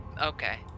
Okay